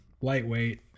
lightweight